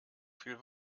viel